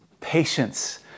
patience